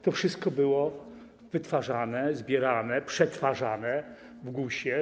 To wszystko było wytwarzane, zbierane, przetwarzane w GUS-ie.